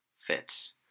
fits